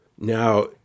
Now